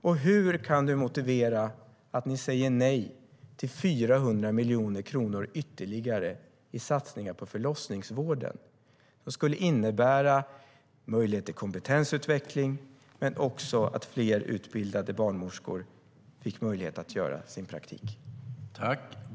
Och hur kan du motivera att ni säger nej till 400 miljoner kronor ytterligare i satsningar på förlossningsvården, som skulle innebära en möjlighet till kompetensutveckling men också att fler utbildade barnmorskor får möjlighet att göra sin praktik?